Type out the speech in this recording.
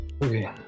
Okay